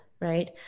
right